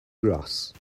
grass